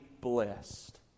blessed